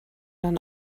dann